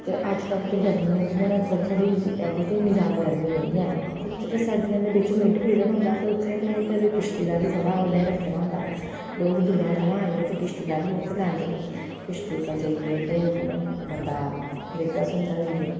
अज्जकल ते गरमियां जि'यां थोह्ड़ी थोह्ड़ी ते इन्नी गर्मी ते निं ऐ ते जेल्लै सर्दियें दे बिच्च मिड पीरियड़ होंदा ते उत्थें उ'नें किश्ती दा बी थोह्ड़ा रक्खे दा होंदा लोक दूरै थमां आइयै इत्थें किश्ती दा बी लुत्फ लैंदे ते किश्ती पर जाइयै बंदा दिक्खदा सुनदा किश जाइयै